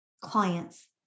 clients